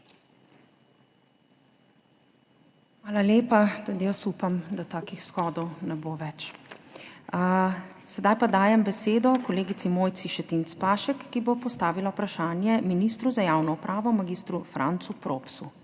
Hvala lepa. Tudi jaz upam, da takih shodov ne bo več. Sedaj pa dajem besedo kolegici Mojci Šetinc Pašek, ki bo postavila vprašanje ministru za javno upravo mag. Francu Propsu.